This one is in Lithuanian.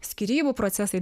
skyrybų procesai